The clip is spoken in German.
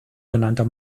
genannter